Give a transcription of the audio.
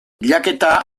bilaketa